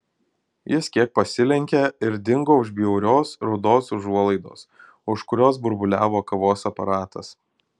jis kiek pasilenkė ir dingo už bjaurios rudos užuolaidos už kurios burbuliavo kavos aparatas